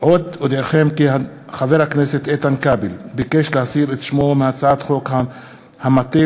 הסכם בדבר שיתוף פעולה דו-צדדי במחקר